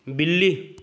बिल्ली